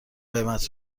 قیمت